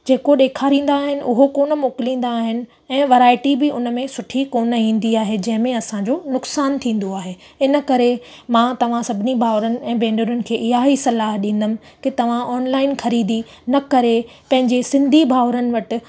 जेको ॾेखारींदा आहिनि उहो कोन मोकिलींदा आहिनि ऐं वैराइटी बि उनमें सुठी कोन इंदी आहे जंहिंमें असांजो नुक़सानु थींदो आहे इन करे मां तव्हां सभिनी भाउरनि ऐं भेनरुनि खे इहा ई सलाह ॾींदमि की तव्हां ऑनलाइन ख़रीदी न करे पंहिंजे सिंधी भाउरनि वटि